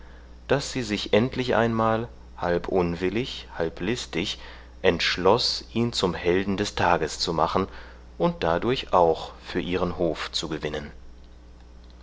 daß sie sich endlich einmal halb unwillig halb listig entschloß ihn zum helden des tages zu machen und dadurch auch für ihren hof zu gewinnen